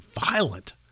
violent